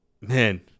man